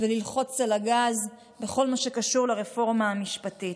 וללחוץ על הגז בכל מה שקשור לרפורמה המשפטית.